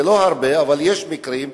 זה לא הרבה אבל יש מקרים,